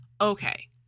Okay